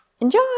Enjoy